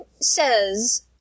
says